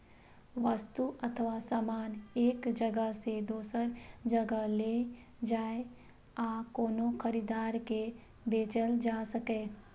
वस्तु अथवा सामान एक जगह सं दोसर जगह लए जाए आ कोनो खरीदार के बेचल जा सकै